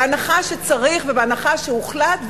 בהנחה שצריך ובהנחה שהוחלט,